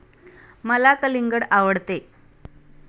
मला कलिंगड आवडते